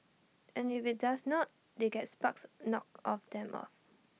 and if IT does not they get sparks knocked off them off